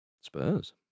Spurs